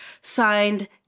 Signed